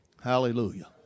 Hallelujah